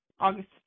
August